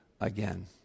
again